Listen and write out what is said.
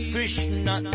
Krishna